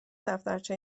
دفترچه